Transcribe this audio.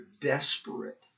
desperate